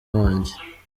wanjye